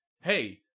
hey